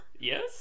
yes